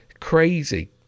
crazy